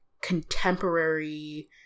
contemporary